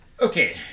Okay